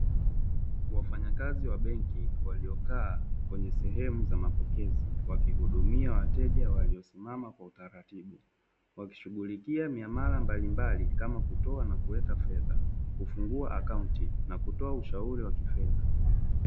Wafanyakazi wa benki waliokaa kwenye sehemu za mapokezi, wakihudumia wateja waliosimama kwa utaratibu. Wakishughulikia miamala mbalimbali kama kutoa na kuweka fedha, kufungua akaunti na kutoa ushauri wa kifedha.